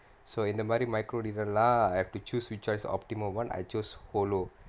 so இந்த மாரி:intha maari micro leader lah I have to choose which choice optimal [one] I chose hollow